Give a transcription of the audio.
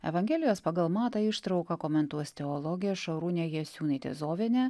evangelijos pagal matą ištrauką komentuos teologė šarūnė jasiūnaitė zovienė